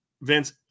Vince